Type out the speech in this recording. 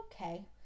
okay